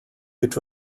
which